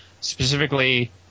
specifically